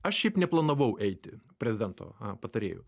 aš šiaip neplanavau eiti prezidento patarėju